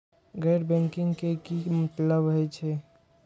गैर बैंकिंग के की मतलब हे छे?